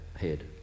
head